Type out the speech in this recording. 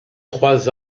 trois